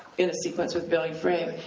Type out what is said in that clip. in a sequence with billy frank,